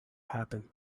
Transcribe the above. happen